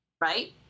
right